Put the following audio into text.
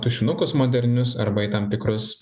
tušinukus modernius arba į tam tikrus